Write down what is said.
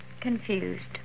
confused